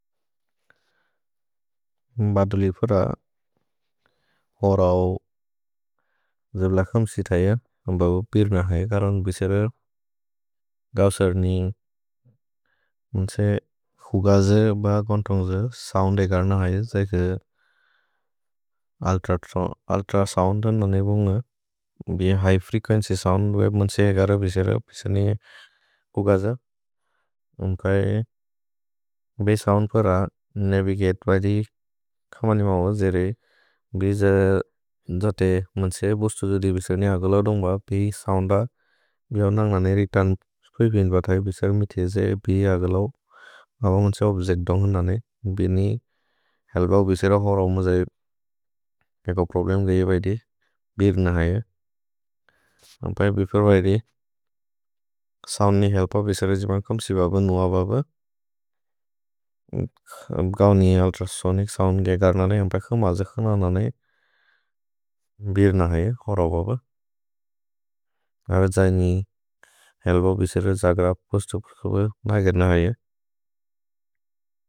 भदुले फुर ओरौ जब्लकम् सितैअ बबु पिर्म है करन् बिसेर गौ सर्नि। मुन्से खुगज ब गोन्तोन्ग् ज सोउन्द् एकर् न है। जैके उल्त्र सोउन्द् न नेबुन्ग् बिए हिघ् फ्रेकुएन्च्य् सोउन्द् बिए मुन्से एकर बिसेर पिसनि खुगज। उन्कै बिए सोउन्द् फर नविगते भैदि खमनिमौ जेरे बिए ज जते। मुन्से बुस्तु दि बिसनि अगलौ दोन्ग् ब बिए सोउन्द बिऔन्दन्ग् नने रेतुर्न् कुइ भिन्द् बत है बिसगि मिथि जै बिए अगलौ। अब मुन्से ओब्जेच्त् दोन्गन् नने बिए नि हेल्पौ बिसेर होरौ मुन्से पेक प्रोब्लेम् गै भैदि बिए न है। उन्कै बिए फर भैदि सोउन्द् नि हेल्पौ बिसेर जिबन्गम् सिब ब नुअ ब ब। गौ नि उल्त्रसोनिच् सोउन्द् एकर् न ने उन्कै खु मज खु न नने बिर् न है, होरौ ब ब। अगर् जै नि हेल्पौ बिसेर जग्र अप्को स्तुपु सोब नगिर् न है।